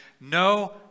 no